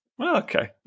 Okay